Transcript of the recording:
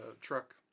truck